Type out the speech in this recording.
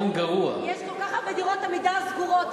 יש כל כך הרבה דירות "עמידר" סגורות.